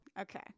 Okay